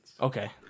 Okay